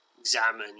examine